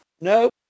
Nope